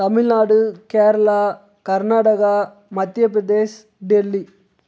Tamil Nadu Kerala Karnataka Madhya Pradesh Delhi